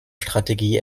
strategie